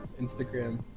instagram